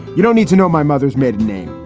you don't need to know my mother's maiden name.